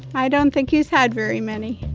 i don't think he's had very many.